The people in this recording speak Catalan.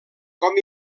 com